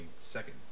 second